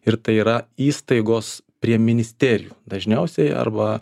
ir tai yra įstaigos prie ministerijų dažniausiai arba